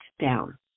down